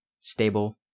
stable